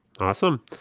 Awesome